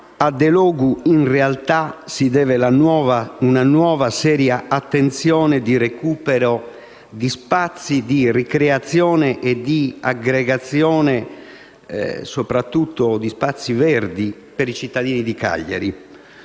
a Delogu in realtà si deve una nuova, seria attenzione al recupero di spazi di ricreazione e di aggregazione - soprattutto di spazi verdi - per i cittadini di Cagliari.